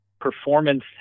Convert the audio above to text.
performance